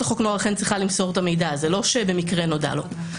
סוציאלית לחוק נוער אכן צריכה למסור את המידע ולא שבמקרה נודע לו.